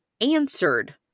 answered